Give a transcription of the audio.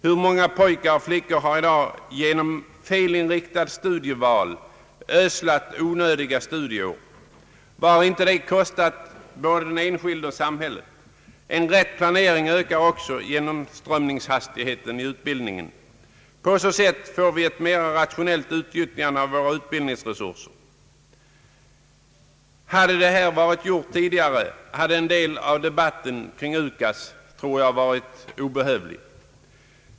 Hur många pojkar och flickor har i dag genom felinriktade studieval ödslat bort onödiga studieår? Vad har inte detta kostat både den enskilde och samhället? En rätt planering ökar också genomströmningshastigheten i utbildningen. På så sätt får vi ett mera rationellt utnyttjande av våra utbildningsresurser. Om det här varit gjort tidigare, hade en del av debatten kring UKAS troligen varit obehövlig.